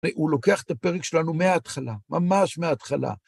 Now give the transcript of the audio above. הוא לוקח את הפרק שלנו מההתחלה, ממש מההתחלה.